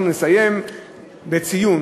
אנחנו נסיים בציון,